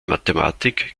mathematik